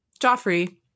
Joffrey